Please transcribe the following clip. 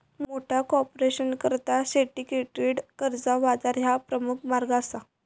मोठ्या कॉर्पोरेशनकरता सिंडिकेटेड कर्जा बाजार ह्या प्रमुख मार्ग असा